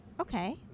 Okay